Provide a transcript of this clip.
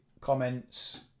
comments